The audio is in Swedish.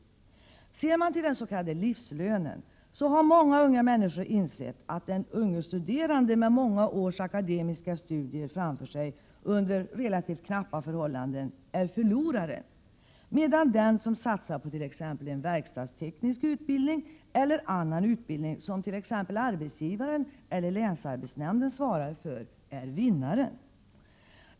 Ser man till den s.k. livslönen finner man att många unga människor har insett att den unge studerande med många års akademiska studier framför sig under relativt knappa förhållanden är förloraren, medan den som satsar på en verkstadsteknisk utbildning eller på annan utbildning, som t.ex. arbetsgivaren eller länsarbetsnämnden svarar för, är vinnaren.